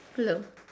hello